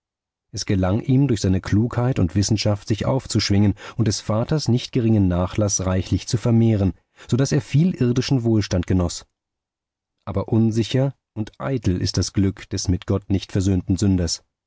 es gelang ihm durch seine klugheit und wissenschaft sich aufzuschwingen und des vaters nicht geringen nachlaß reichlich zu vermehren so daß er viel irdischen wohlstand genoß aber unsicher und eitel ist das glück des mit gott nicht versöhnten sünders